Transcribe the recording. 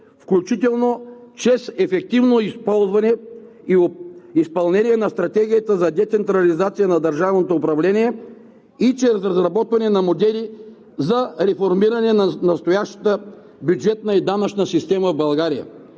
включително чрез ефективно използване и изпълнение на стратегията за децентрализация на държавното управление и чрез разработване на модели за реформиране на настоящата бюджетна и данъчна система в България.